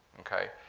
okay.